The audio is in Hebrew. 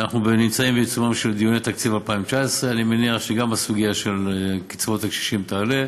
אנחנו נמצאים בעיצומם של דיוני תקציב 2019. אני מניח שגם הסוגיה של קצבאות הקשישים תעלה,